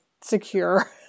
secure